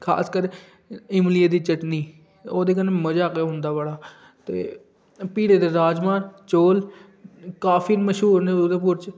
खास कर इमलियै दी चटनी ओह्दे कन्नै मजा गै औंदा बड़ा ते पीढ़ै दे राजमांह् चौल काफी मश्हूर न उधमपुर च